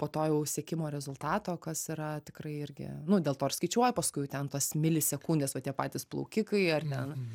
po to jau siekimo rezultato kas yra tikrai irgi nu dėl to ir skaičiuoja paskui jau ten tos milisekundės va tie patys plaukikai ar ne